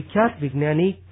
વિખ્યાત વિજ્ઞાની કે